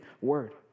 word